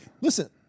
Listen